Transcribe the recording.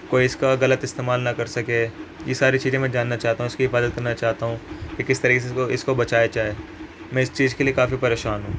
کوئی اس کا غلط استعمال نہ کر سکے یہ ساری چیزیں میں جاننا چاہتا ہوں اس کی حفاظت کرنا چاہتا ہوں کہ کس طریقے سے اس کو اس کو بچایا چائے میں اس چیز کے لیے کافی پریشان ہوں